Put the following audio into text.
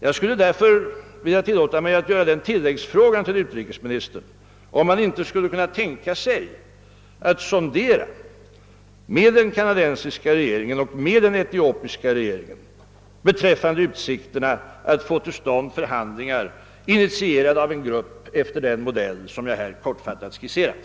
Jag skulle därför vilja tillåta mig att rikta den tilläggsfrågan till utrikesministern, om han skulle kunna tänka sig att med den kanadensiska och den etiopiska regeringen sondera möjlighe terna att få till stånd förhandlingar, initierade av en grupp enligt den modell jag här kortfattat skisserat.